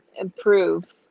improve